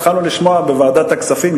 התחלנו לשמוע בוועדת הכספים,